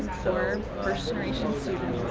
for first-generation